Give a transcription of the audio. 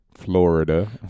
Florida